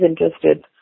interested